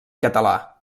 català